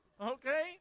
okay